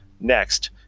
Next